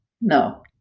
no